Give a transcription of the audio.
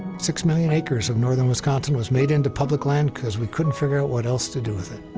six million acres of northern wisconsin was made into public land, because we couldn't figure out what else to do with it.